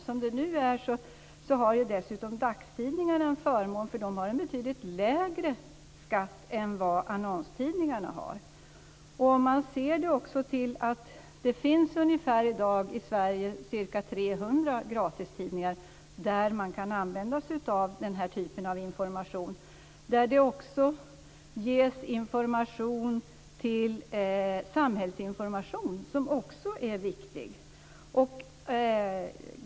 Som det nu är har dagstidningarna en förmån, för de betalar en betydligt lägre skatt än vad annonstidningarna gör. Det finns i Sverige i dag ungefär 300 gratistidningar, där man kan få denna typ av information. Där ges också samhällsinformation, som är viktig.